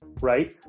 right